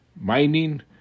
mining